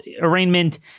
arraignment